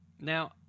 Now